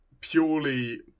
purely